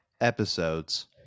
episodes